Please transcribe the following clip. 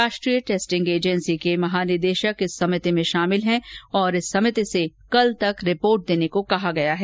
राष्ट्रीय testing agency के महानिदेशक इस समिति में शामिल हैं और इस समिति से कल तक रिपोर्ट देने को कहा गया है